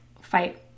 fight